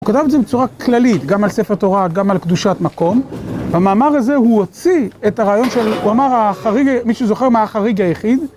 הוא כתב את זה בצורה כללית, גם על ספר תורה, גם על קדושת מקום. במאמר הזה הוא הוציא את הרעיון של, הוא אמר, מישהו זוכר מה החריג היחיד?